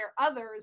others